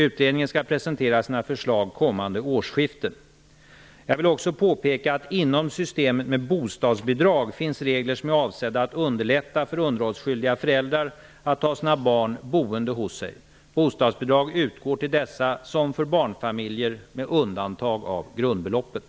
Utredningen skall presentera sina förslag kommande årsskifte. Jag vill också påpeka att det inom systemet med bostadsbidrag finns regler som är avsedda att underlätta för underhållsskyldiga föräldrar att ha sina barn boende hos sig. Bostadsbidrag utgår till dessa som för barnfamiljer med undantag av grundbeloppet.